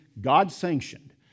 God-sanctioned